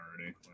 already